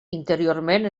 interiorment